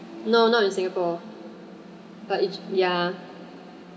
no not in singapore but it's yeah